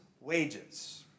wages